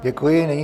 Děkuji.